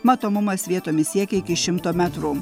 matomumas vietomis siekia iki šimto metrų